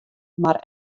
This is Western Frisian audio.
mar